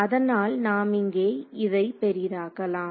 அதனால் நாம் இங்கே இதை பெரிதாக்கலாம்